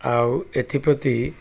ଆଉ ଏଥିପ୍ରତି